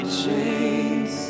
chains